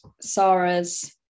Sarah's